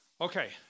okay